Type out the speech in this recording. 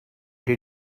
did